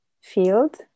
field